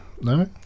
No